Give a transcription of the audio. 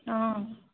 অঁ